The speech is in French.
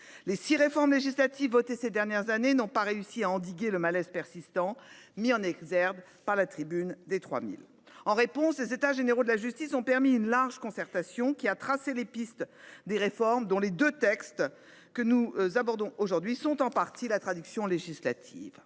Les six réformes législatives votées ces dernières années n’ont pas réussi à endiguer le malaise persistant mis en exergue par la « tribune des 3 000 ». En réponse, les États généraux de la justice ont permis une large concertation, qui a tracé des pistes de réforme dont ces deux textes sont, en partie, la traduction législative.